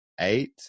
eight